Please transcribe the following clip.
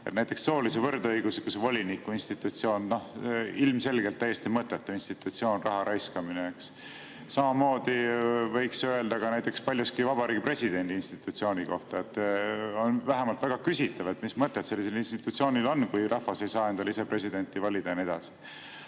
Näiteks soolise võrdõiguslikkuse voliniku institutsioon on ilmselgelt täiesti mõttetu institutsioon, raha raiskamine. Samamoodi võiks paljuski öelda näiteks Vabariigi Presidendi institutsiooni kohta. On vähemalt väga küsitav, mis mõtet sellisel institutsioonil on, kui rahvas ei saa endale ise presidenti valida. Ja nii edasi.